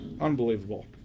Unbelievable